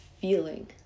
feeling